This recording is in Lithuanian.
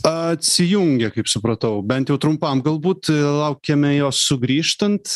atsijungė kaip supratau bent jau trumpam galbūt laukiame jo sugrįžtant